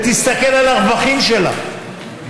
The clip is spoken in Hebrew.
ותסתכל על הרווחים שלה,